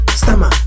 stammer